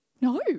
no